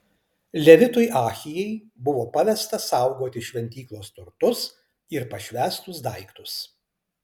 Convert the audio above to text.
levitui ahijai buvo pavesta saugoti šventyklos turtus ir pašvęstus daiktus